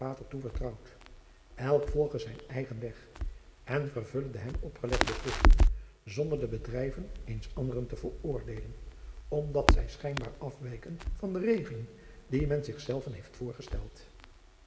elk volge zijn eigen weg en vervulle de hem opgelegde plichten zonder de bedrijven eens anderen te veroordeelen omdat zij schijnbaar afwijken van de regelen die men zich zelven heeft voorgesteld